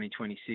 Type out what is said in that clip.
2026